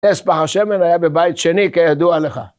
נס פח השמן היה בבית שני כידוע לך.